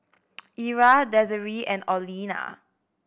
Ira Desiree and Olena